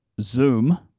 Zoom